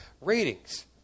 ratings